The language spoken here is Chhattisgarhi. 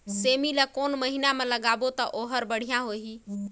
सेमी ला कोन महीना मा लगाबो ता ओहार बढ़िया होही?